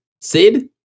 Sid